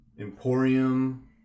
Emporium